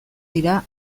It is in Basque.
dira